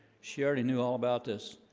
she already knew all about this